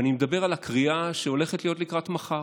אני מדבר על הקריאה שהולכת להיות לקראת מחר.